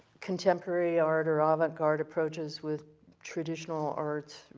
contemporary art or ah avant garde approaches with traditional art,